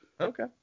Okay